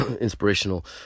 inspirational